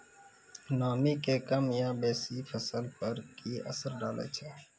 नामी के कम या बेसी फसल पर की असर डाले छै?